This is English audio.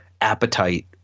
appetite